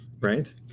right